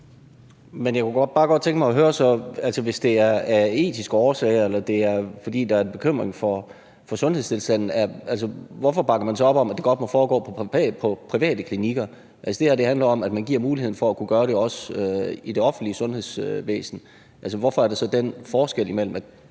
Hvis det er af etiske årsager, eller det er, fordi der er en bekymring for sundhedstilstanden, hvorfor bakker man så op om, at det godt må foregå på private klinikker? Altså, det her handler om, at man giver muligheden for også at kunne gøre det i det offentlige sundhedsvæsen. Hvorfor er det sådan, at dem,